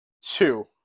two